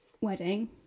wedding